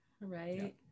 Right